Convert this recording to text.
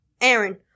Aaron